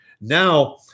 Now